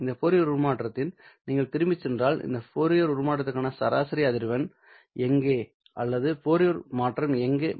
இந்த ஃபோரியர் உருமாற்றத்திற்கு நீங்கள் திரும்பிச் சென்றால் இந்த ஃபோரியர் உருமாற்றத்தின் சராசரி அதிர்வெண் எங்கே அல்லது ஃபோரியர் மாற்றம் எங்கே மையமாக உள்ளது